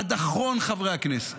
עד אחרון חברי הכנסת.